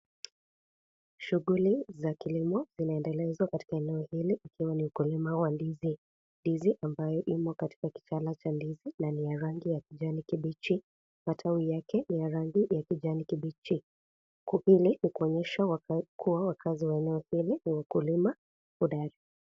Shughuli za kilimo zinaendelezwa katika eneo hili ikiwa ni ukulima wa ndizi, ndizi ambayo imo katika kitala cha ndizi na ni ya rangi ya kijani kibichi matawi yake ni ya rangi ya kijani kibichi kuhimili kuonyesha kuwawakaza wa eneo wa ukulima .